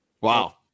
Wow